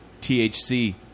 THC